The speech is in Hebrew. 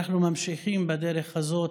ואנחנו ממשיכים בדרך הזאת,